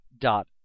dot